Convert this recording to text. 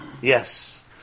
yes